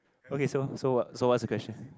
okay so so what so what's the question